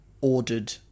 ordered